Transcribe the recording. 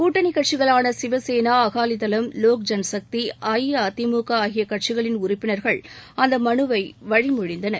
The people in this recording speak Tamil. கூட்டணி கட்சிகளான சிவசேனா அகாலிதளம் லோக் ஐனசக்தி அஇஅதிமுக ஆகிய கட்சிகளின் உறுப்பினர்கள் அந்த மனுவை வழி மொழிந்தனர்